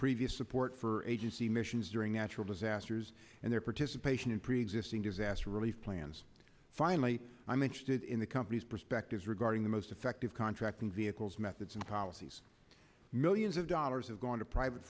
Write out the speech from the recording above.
previous support for agency missions during natural disasters and their participation in preexisting disaster relief plans finally i'm interested in the company's perspectives regarding the most effective contracting vehicles methods and policies millions of dollars have gone to private